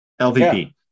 LVP